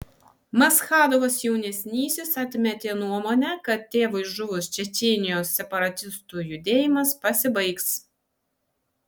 maschadovas jaunesnysis atmetė nuomonę kad tėvui žuvus čečėnijos separatistų judėjimas pasibaigs